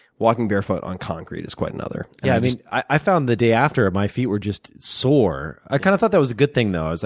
walking barefoot on concrete is quite another. yeah. i mean, i found the day after my feet were just sore. i kind of thought that was a good thing, though. i